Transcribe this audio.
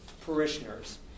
parishioners